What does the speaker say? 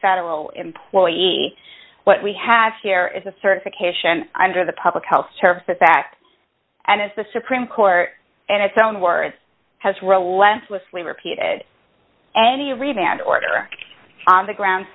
federal employee what we have here is a certification under the public health service act and as the supreme court and its own words has relentlessly repeated any revamped order on the ground